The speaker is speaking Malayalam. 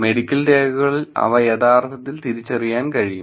മെഡിക്കൽ രേഖകളിൽ അവ യഥാർത്ഥത്തിൽ തിരിച്ചറിയാൻ കഴിയും